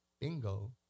Bingo